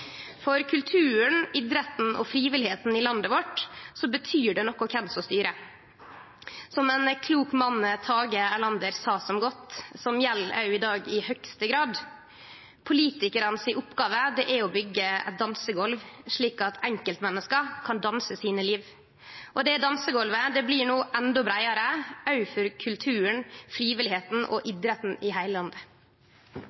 For kulturen, idretten og frivilligheita i landet vårt betyr det noko kven som styrer. Som ein klok mann, Tage Erlander, sa så godt – og som i høgste grad gjeld òg i dag: Oppgåva til politikarane er å byggje eit dansegolv, slik at enkeltmenneska kan danse livet sitt. Det dansegolvet blir no endå breiare, òg for kulturen, frivilligheita og idretten i